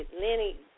Lenny